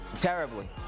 Terribly